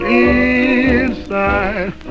inside